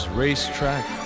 racetrack